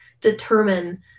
determine